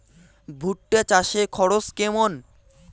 ভুট্টা চাষে খরচ কেমন?